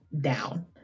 down